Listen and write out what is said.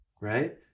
right